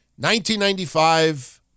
1995